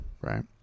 Right